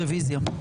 רביזיה.